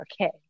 okay